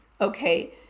okay